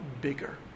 bigger